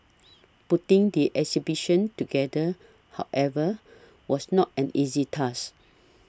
putting the exhibition together however was not an easy task